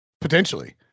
potentially